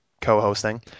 co-hosting